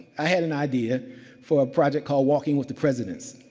i had an idea for a project called walking with the presidents.